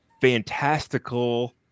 fantastical